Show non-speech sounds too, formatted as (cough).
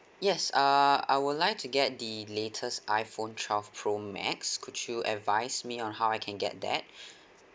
yes err I would like to get the latest iphone twelve pro max could you advise me on how I can get that (breath)